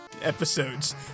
episodes